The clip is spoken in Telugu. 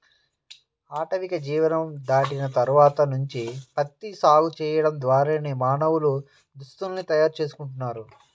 ఆటవిక జీవనం దాటిన తర్వాత నుంచి ప్రత్తి సాగు చేయడం ద్వారానే మానవులు దుస్తుల్ని తయారు చేసుకుంటున్నారు